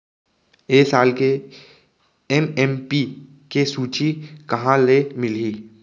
ए साल के एम.एस.पी के सूची कहाँ ले मिलही?